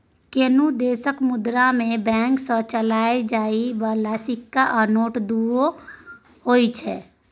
कुनु देशक मुद्रा मे बैंक सँ चलाएल जाइ बला सिक्का आ नोट दुओ होइ छै